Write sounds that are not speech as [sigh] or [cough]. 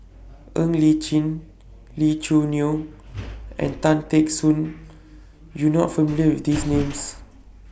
[noise] Ng Li Chin Lee Choo Neo and Tan Teck Soon YOU Are not familiar with These Names